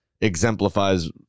exemplifies